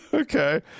Okay